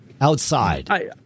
Outside